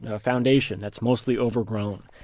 a foundation that's mostly overgrown.